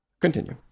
continue